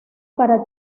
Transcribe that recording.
para